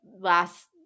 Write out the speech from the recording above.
last